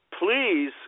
please